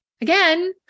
Again